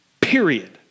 period